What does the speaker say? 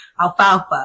alfalfa